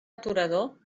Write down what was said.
aturador